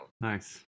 nice